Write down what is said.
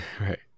Right